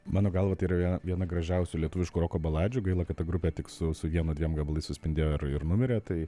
mano galva tai yra viena gražiausių lietuviško roko baladžių gaila kad ta grupė tik su su vienu dviem gabalais suspindėjo ir ir numirė tai